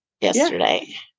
yesterday